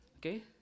Okay